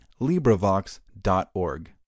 LibriVox.org